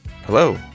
Hello